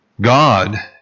God